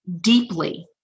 deeply